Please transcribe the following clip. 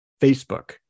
Facebook